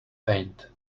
paint